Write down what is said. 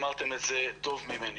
אמרתם את זה טוב ממני.